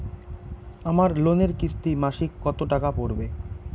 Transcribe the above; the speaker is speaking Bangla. আমার লোনের কিস্তি মাসিক কত টাকা পড়বে?